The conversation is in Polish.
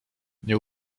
nie